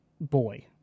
boy